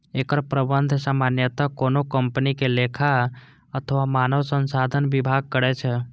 एकर प्रबंधन सामान्यतः कोनो कंपनी के लेखा अथवा मानव संसाधन विभाग करै छै